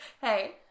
Hey